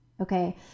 okay